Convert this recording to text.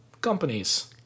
companies